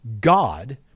God